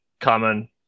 common